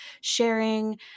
sharing